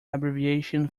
abbreviation